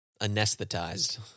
anesthetized